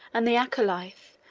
and the acolyth,